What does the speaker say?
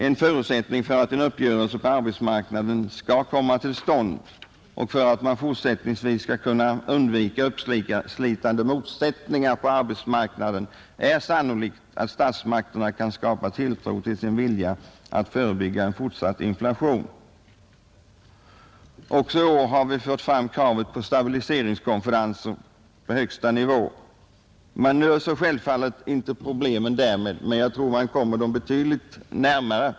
En förutsättning för att en uppgörelse på arbetsmarknaden skall komma till stånd och för att man fortsättningsvis skall kunna undvika uppslitande motsättningar på arbetsmarknaden är sannolikt att statsmakterna kan skapa tilltro till sin vilja att förebygga en fortsatt inflation. Också i år har vi fört fram kravet på stabiliseringskonferenser på högsta nivå. Man löser självfallet inte problemen därmed, men jag tror att man kommer dem betydligt närmare.